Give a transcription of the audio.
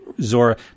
Zora